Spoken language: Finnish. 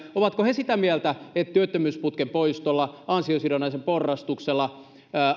ovatko he sitä mieltä että työttömyysputken poistolla ansiosidonnaisen porrastuksella